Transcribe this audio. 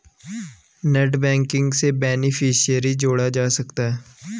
net banking से beneficiary जोड़ा जा सकता है